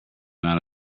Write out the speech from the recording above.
amount